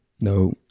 No